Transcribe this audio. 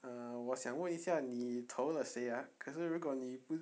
err 我想问一下你投了谁 ah 可是如果你不